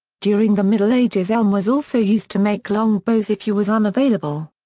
during the middle ages elm was also used to make longbows if yew was unavailable.